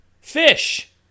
fish